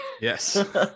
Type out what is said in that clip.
Yes